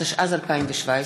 התשע"ז 2017,